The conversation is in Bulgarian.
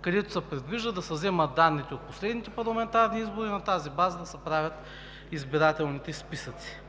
където се предвижда да се вземат данните от последните парламентарни избори и на тази база да се правят избирателните списъци.